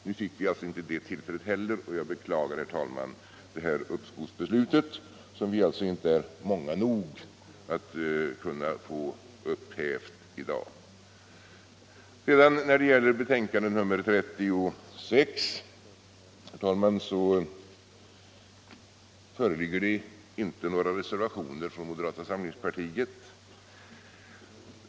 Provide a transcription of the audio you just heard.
Nu fick vi inte tillfället och jag beklagar uppskovsbeslutet och att vi inte är många nog för att få det upphävt i dag. När det gäller betänkandet 36 föreligger inte några reservationer från moderata samlingspartiet.